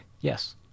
Yes